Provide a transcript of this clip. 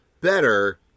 better